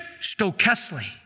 Stokesley